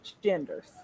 genders